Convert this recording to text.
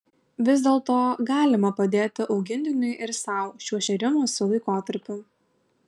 vis dėlto galima padėti augintiniui ir sau šiuo šėrimosi laikotarpiu